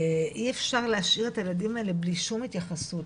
אי אפשר להשאיר את הילדים האלה בלי שום התייחסות,